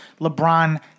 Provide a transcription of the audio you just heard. LeBron